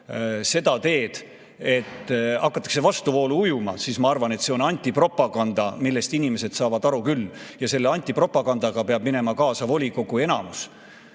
seda teed, et hakatakse vastuvoolu ujuma, siis ma arvan, et see on antipropaganda ja inimesed saavad sellest aru küll. Ja selle antipropagandaga peab minema kaasa volikogu enamus,